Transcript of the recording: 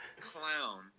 clown